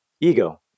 Ego